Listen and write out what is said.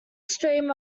stream